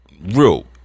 real